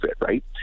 right